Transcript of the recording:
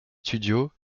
studios